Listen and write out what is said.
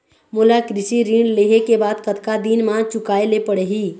मोला कृषि ऋण लेहे के बाद कतका दिन मा चुकाए ले पड़ही?